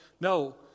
No